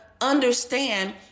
understand